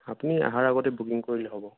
আপুনি অহাৰ আগতে বুকিং কৰিলেই হ'ব